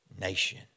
nation